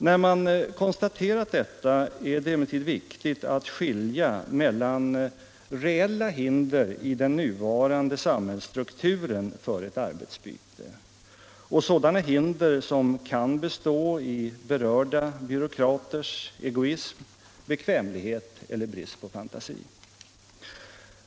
När man konstaterat detta är det emellertid viktigt att skilja mellan reella hinder i den nuvarande samhällsstrukturen för ett arbetsbyte och sådana hinder som kan bestå i berörda byråkraters egoism, bekvämlighet eller brist på fantasi.